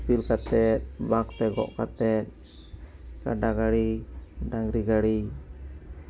ᱫᱤᱯᱤᱞ ᱠᱟᱛᱮᱫ ᱵᱟᱸᱠ ᱛᱮ ᱜᱚᱜ ᱠᱟᱛᱮᱫ ᱠᱟᱰᱟ ᱜᱟᱹᱲᱤ ᱰᱟᱝᱨᱤ ᱜᱟᱹᱲᱤ